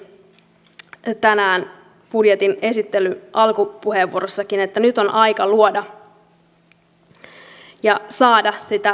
valtiovarainministerikin totesi tänään budjetin esittelyn alkupuheenvuorossa että nyt on aika luoda ja saada sitä tulevaisuususkoa